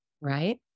right